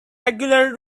regular